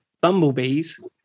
bumblebees